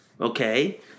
okay